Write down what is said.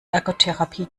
ergotherapie